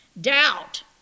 doubt